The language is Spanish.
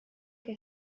que